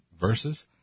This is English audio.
verses